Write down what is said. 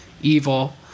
evil